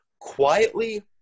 quietly